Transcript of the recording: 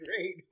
great